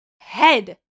head